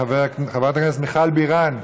חברת הכנסת מיכל בירן,